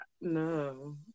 No